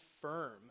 firm